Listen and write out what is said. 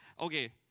okay